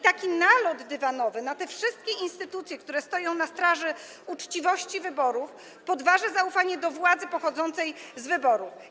Taki nalot dywanowy na te wszystkie instytucje, które stoją na straży uczciwości wyborów, podważy zaufanie do władzy pochodzącej z wyboru.